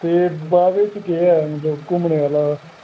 ते बाह्वे च केह् ऐ घुम्मनै आह्ला